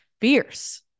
fierce